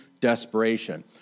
desperation